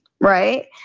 right